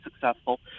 successful